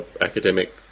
academic